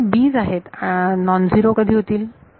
हे जे b 's आहेत ते नॉन झिरो कधी होतील